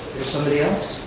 somebody else.